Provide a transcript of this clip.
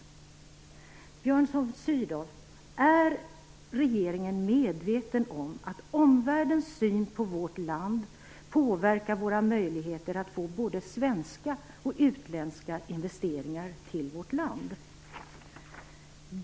Björn von Sydow: Är regeringen medveten om att omvärldens syn på vårt land påverkar våra möjligheter att få både svenska och utländska investeringar till vårt land?